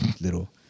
little